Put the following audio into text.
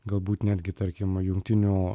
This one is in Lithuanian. galbūt netgi tarkim jungtinių